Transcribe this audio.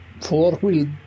four-wheel